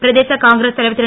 பிரதேச காங்கிரஸ் தலைவர் திரு